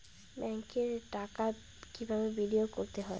ব্যাংকে টাকা কিভাবে বিনোয়োগ করতে হয়?